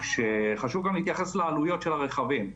כשחשוב גם להתייחס לעלויות של הרכבים.